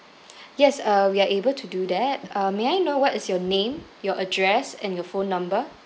yes uh we are able to do that uh may I know what is your name your address and your phone number